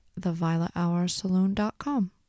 theviolethoursaloon.com